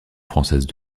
française